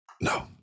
No